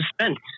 suspense